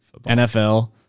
NFL